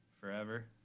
forever